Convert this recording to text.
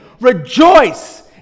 Rejoice